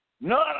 none